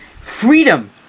freedom